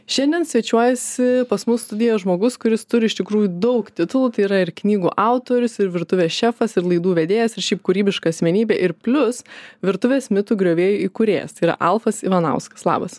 šiandien svečiuojasi pas mus studijoj žmogus kuris turi iš tikrųjų daug titulų tai yra ir knygų autorius ir virtuvės šefas ir laidų vedėjas ir šiaip kūrybiška asmenybė ir plius virtuvės mitų griovėjų įkūrėjas tai yra alfas ivanauskas labas